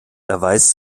erweist